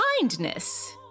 kindness